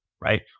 right